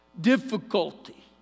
Difficulty